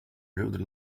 rude